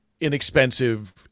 Inexpensive